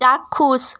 চাক্ষুষ